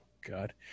God